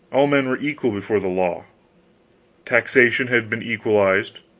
all men were equal before the law taxation had been equalized.